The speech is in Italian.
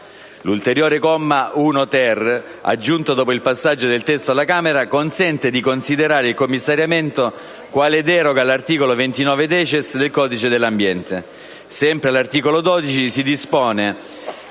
L'ulteriore comma 1-*ter*, aggiunto dopo il passaggio del testo alla Camera dei deputati, consente di considerare il commissariamento quale deroga all'articolo 29-*decies* del codice dell'ambiente. Sempre all'articolo 1 si dispone